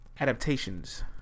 adaptations